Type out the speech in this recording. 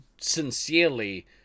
sincerely